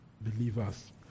believers